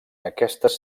aquestes